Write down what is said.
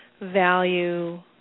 Value